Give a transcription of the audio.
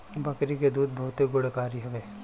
बकरी के दूध बहुते गुणकारी हवे